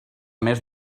més